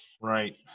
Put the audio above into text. Right